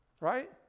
Right